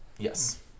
Yes